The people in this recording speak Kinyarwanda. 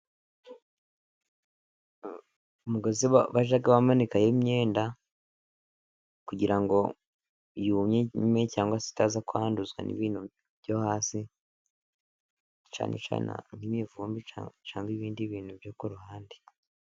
Umugozi bajya bamanikaho imyenda kugira ngo yume cyangwag se itaza kwanduzwa n'ibintu byo hasi cyane cyane nk'imivumbi cyangwa ibindi bintu byo ku ruhande.